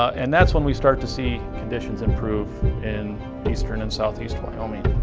and that's when we start to see conditions improve in eastern and southeast wyoming.